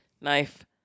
knife